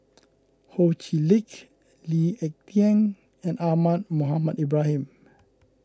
Ho Chee Lick Lee Ek Tieng and Ahmad Mohamed Ibrahim